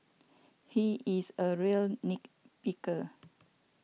he is a real nit picker